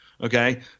Okay